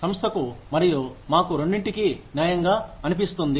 సంస్థ కు మరియు మాకు రెండింటికీ న్యాయంగా అనిపిస్తుంది